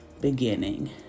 beginning